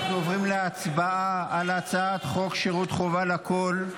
אנחנו עוברים להצבעה על הצעת חוק שירות חובה לכול,